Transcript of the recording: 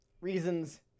reasons